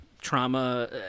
trauma